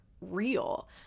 real